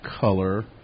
color